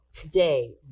today